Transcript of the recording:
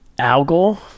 algal